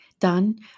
done